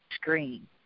screen